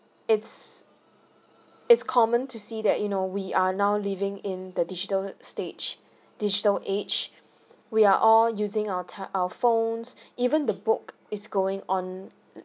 it's it's common to see that you know we are now living in the digital stage digital age we are all using our tel~ our phones even the book is going on